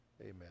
Amen